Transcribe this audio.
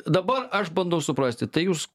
dabar aš bandau suprasti tai jūs